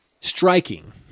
striking